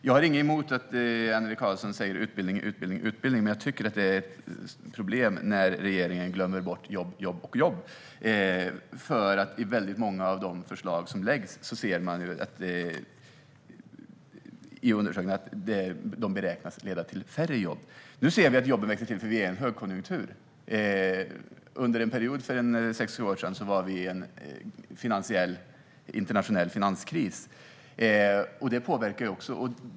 Jag har inget emot att Annelie Karlsson säger "utbildning, utbildning, utbildning", men jag tycker att det är ett problem när regeringen glömmer bort jobb, jobb och jobb. När det gäller många av de förslag som läggs fram ser man nämligen i undersökningar att de beräknas leda till färre jobb. Nu ser vi att jobben växer till, för vi är i en högkonjunktur. Under en period för sex sju år sedan befann vi oss i en internationell finanskris, och det påverkar ju också.